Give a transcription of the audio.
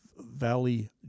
Valley